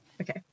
Okay